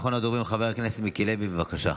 אחרון הדוברים, חבר הכנסת מיקי לוי, בבקשה.